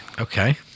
Okay